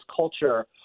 culture